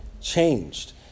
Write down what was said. changed